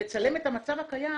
לצלם את המצב הקיים,